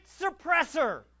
suppressor